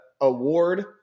award